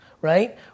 right